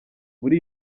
muri